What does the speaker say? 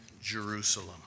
Jerusalem